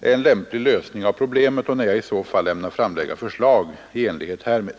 är en lämplig lösning av problemet och när jag i så fall ämnar framlägga förslag i enlighet härmed.